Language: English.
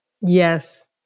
Yes